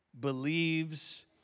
believes